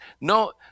No